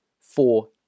four